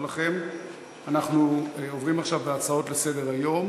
אנחנו עוברים עכשיו להצעות לסדר-היום